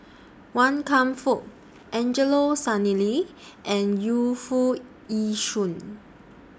Wan Kam Fook Angelo Sanelli and Yu Foo Yee Shoon